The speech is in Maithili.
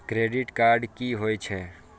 क्रेडिट कार्ड की होय छै?